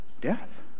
Death